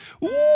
Woo